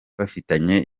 bafitanye